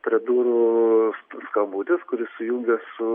prie durų s skambutis kuris sujungia su